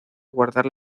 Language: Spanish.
guardar